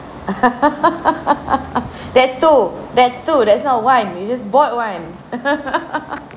that's two that's two that's not one you just bought one